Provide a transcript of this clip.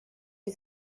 you